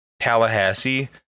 tallahassee